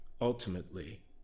ultimately